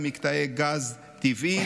למקטעי גז טבעי,